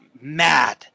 mad